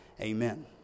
Amen